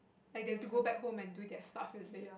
like they have to go back home and do their stuff is it